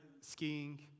skiing